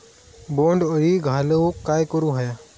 बोंड अळी घालवूक काय करू व्हया?